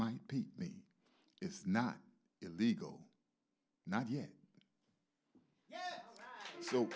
might be me it's not illegal not yet so